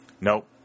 Nope